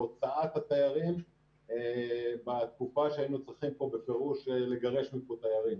בהוצאת התיירים בתקופה שהיינו צריכים פה בפירוש לגרש מפה תיירים.